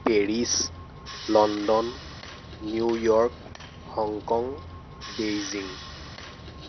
Paris London New York Hong Kong Beijing